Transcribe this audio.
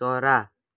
चरा